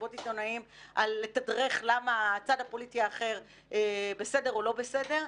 למסיבות עיתונאים על לדרך למה הצד הפוליטי האחר בסדר או לא בסדר.